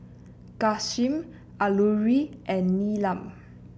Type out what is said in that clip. Ghanshyam Alluri and Neelam